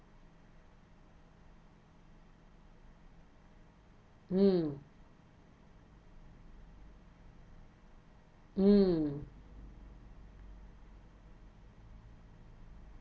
mm mm